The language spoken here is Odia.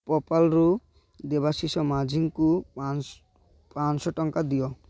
ପେପାଲ୍ରୁ ଦେବାଶିଷ ମାଝୀଙ୍କୁ ପାଞ୍ଚଶହ ଟଙ୍କା ଦିଅ